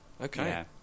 Okay